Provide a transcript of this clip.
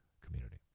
community